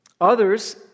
Others